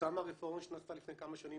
כתוצאה מהרפורמה שנעשתה לפני כמה שנים,